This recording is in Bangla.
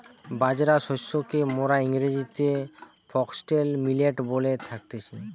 বাজরা শস্যকে মোরা ইংরেজিতে ফক্সটেল মিলেট বলে থাকতেছি